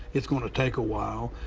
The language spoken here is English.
it's going to take a while.